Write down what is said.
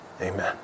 Amen